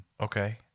Okay